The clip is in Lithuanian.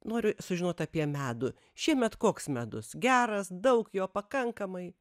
noriu sužinot apie medų šiemet koks medus geras daug jo pakankamai